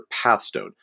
Pathstone